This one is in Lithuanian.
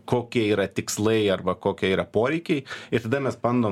kokie yra tikslai arba kokie yra poreikiai ir tada mes bandom